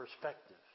perspective